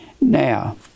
Now